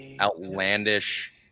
outlandish